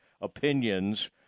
opinions